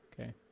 Okay